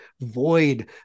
void